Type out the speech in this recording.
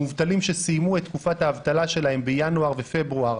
מובטלים שסיימו את תקופת האבטלה שלהם בינואר ובפברואר,